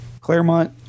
Claremont